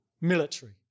Military